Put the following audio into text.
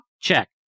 check